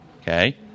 okay